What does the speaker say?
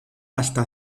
hasta